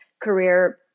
career